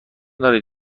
دارد